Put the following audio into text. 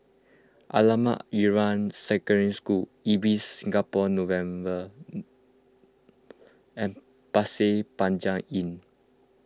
Ahmad Ibrahim Secondary School Ibis Singapore Novena and Pasir Panjang Inn